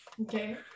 Okay